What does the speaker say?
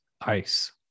Ice